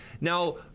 Now